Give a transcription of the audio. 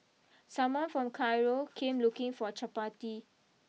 someone from Cairo came looking for Chappati